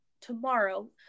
tomorrow